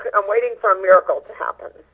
i'm waiting for a miracle to happen.